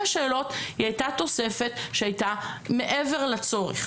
שאלות היא הייתה תוספת שהייתה מעבר לצורך.